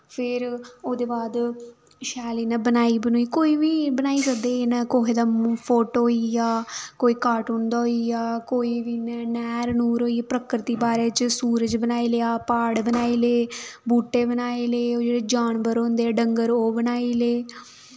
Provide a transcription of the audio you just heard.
फिर ओह्दे बाद शैल इयां बनाई बनुई कोई बी बनाई सकदे इ'नें कुहे दा फोटो होइया कोई कार्टून दा होइया कोई बी इयां नैह्र नुह्र होई प्रकर्ति बारे च सूरज बनाई लेआ प्हाड़ बनाई ले बूह्टे बनाई ले ओह् जेह्ड़े जानवर होंदे डंगर ओह् बनाई ले